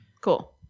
cool